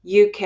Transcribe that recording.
UK